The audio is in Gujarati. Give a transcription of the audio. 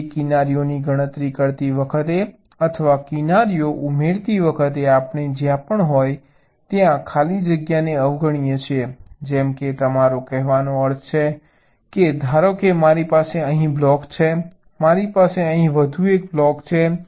તેથી કિનારીઓની ગણતરી કરતી વખતે અથવા કિનારીઓ ઉમેરતી વખતે આપણે જ્યાં પણ હોય ત્યાં ખાલી જગ્યાને અવગણીએ છીએ જેમ કે તમારો કહેવાનો અર્થ એ છે કે ધારો કે મારી પાસે અહીં બ્લોક છે મારી પાસે અહીં વધુ એક બ્લોક છે